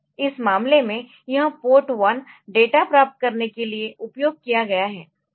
इस मामले में यह पोर्ट 1 डेटा प्राप्त करने के लिए उपयोग किया गया है